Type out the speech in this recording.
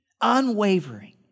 unwavering